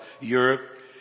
Europe